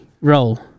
roll